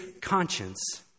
conscience